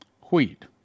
wheat